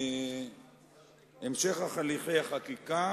הליכי החקיקה